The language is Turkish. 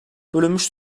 bölünmüş